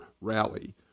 rally